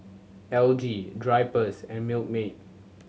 L G Drypers and Milkmaid